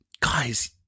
Guys